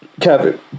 Kevin